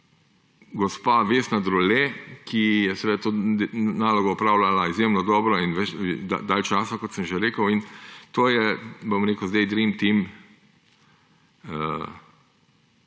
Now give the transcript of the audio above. gospa Vesna Drole, ki je to nalogo opravljala izjemno dobro in dlje časa, kot sem že rekel. In to je zdaj dream team